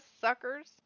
suckers